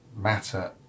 matter